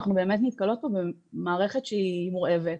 אנחנו באמת נתקלות פה במערכת שהיא מורעבת,